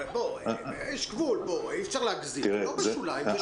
יש גבול, אי-אפשר להגזים, הוא לא בשוליים.